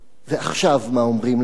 ועכשיו מה אומרים לנו?